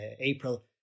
April